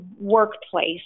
workplace